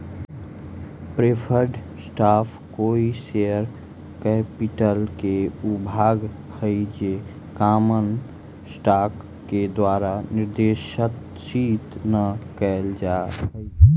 preferred stock कोई share capital के ऊ भाग हइ जे कॉमन स्टॉक के द्वारा निर्देशित न कैल जा हइ